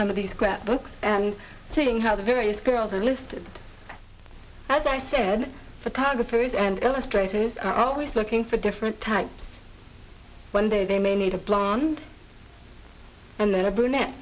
some of these scrapbooks and seeing how the various girls are listed as i said photographers and illustrations are always looking for different types one day they may need a blonde and then a brunette